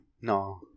No